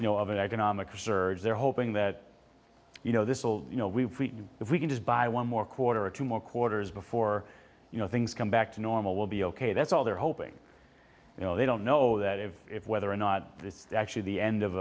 you know of an economic surge they're hoping that you know this will you know we if we can just buy one more quarter or two more quarters before you know things come back to normal we'll be ok that's all they're hoping you know they don't know that whether or not it's actually the end of